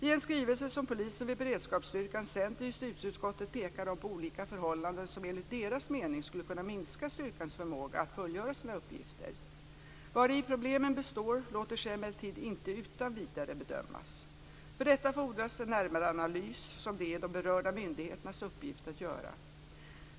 I en skrivelse som poliser vid beredskapsstyrkan sänt till justitieutskottet pekar de på olika förhållanden som enligt deras mening skulle kunna minska styrkans förmåga att fullgöra sina uppgifter. Vari problemen består låter sig emellertid inte utan vidare bedömas. För detta fordras en närmare analys som det är de berörda myndigheternas uppgift att göra.